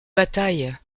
batailles